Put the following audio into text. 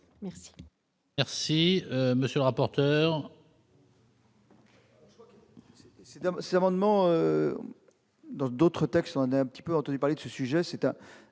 Merci,